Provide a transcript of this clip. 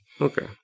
okay